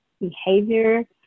behavior